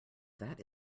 that